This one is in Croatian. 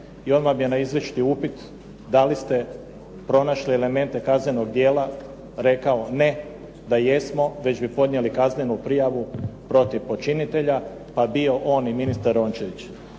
i on vam je na izričiti upit da li ste pronašli elemente kaznenog djela rekao ne, da jesmo već bi podnijeli kaznenu prijavu protiv počinitelja, pa bio on i ministar Rončević.